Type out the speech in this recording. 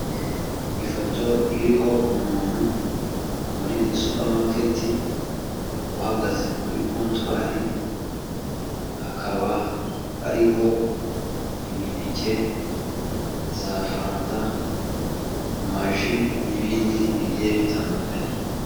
Ifoto iriho umuntu muri supamaketi uhagaze kuri kontwari, hakaba hariho imineke, za fanta amaji n'ibindi bigiye bitandukanye.